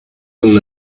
soon